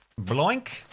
Bloink